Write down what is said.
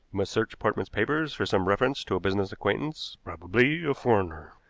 must search portman's papers for some reference to a business acquaintance, probably a foreigner.